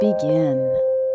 begin